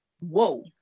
whoa